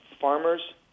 farmers